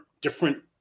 different